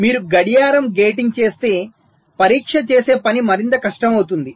మీరు గడియారం గేటింగ్ చేస్తే పరీక్ష చేసే పని మరింత కష్టమవుతుంది